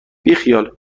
بیخیال